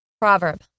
Proverb